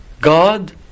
God